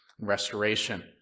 restoration